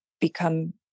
become